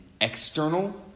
external